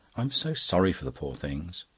i'm so sorry for the poor things.